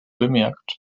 bemerkt